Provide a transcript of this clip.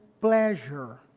pleasure